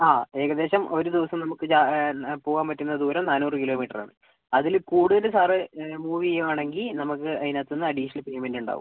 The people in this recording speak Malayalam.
ആ ഏകദേശം ഒരു ദിവസം നമുക്ക് ജാ പോകാൻ പറ്റുന്ന ദൂരം നാനൂറ് കിലോമീറ്റർ ആണ് അതിൽ കൂടുതൽ സാർ മൂവ് ചെയ്യുവാണെങ്കിൽ നമുക്ക് അതിനകത്തുന്ന് അഡീഷണൽ പേയ്മെൻറ് ഉണ്ടാവും